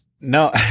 No